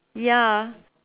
ya